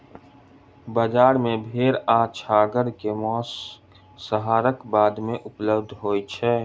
बजार मे भेड़ आ छागर के मौस, संहारक बाद उपलब्ध होय छै